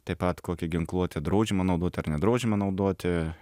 taip pat kokią ginkluotę draudžiama naudoti ar nedraudžiama naudoti